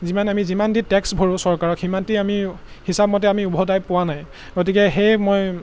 যিমানে আমি যিমান দি টেক্স ভৰোঁ চৰকাৰক সিমানটি আমি হিচাপমতে আমি উভতাই পোৱা নাই গতিকে সেয়ে মই